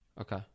Okay